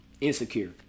insecure